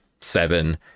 seven